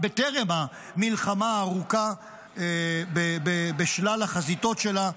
בטרם המלחמה הארוכה בשלל החזיתות שלה,